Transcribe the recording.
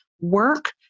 work